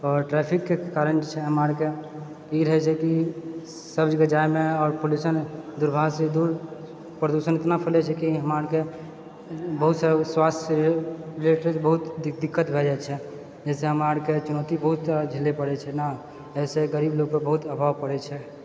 ट्रैफिकके कारण जे छै हमरा आरके ई रहै जे कि सब जगह जाएमे आओर पोल्युशन छै कि प्रदूषण इतना फैले छै कि हमरा आरके बहुत तरहकेँ स्वास्थके लिए बहुत दिक्कत भए जाइत छै जैसे हमरा आरके बहुत तरह झेलय पड़ै छै ने एहिसँ गरीब लोगकेँ बहुत प्रभाव पड़ै छै